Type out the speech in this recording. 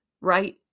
right